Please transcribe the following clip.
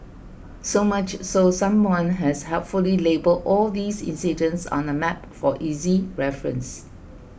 so much so someone has helpfully labelled all these incidents on a map for easy reference